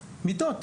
מיטות,